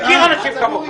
מכיר אנשים כמוך.